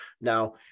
now